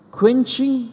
quenching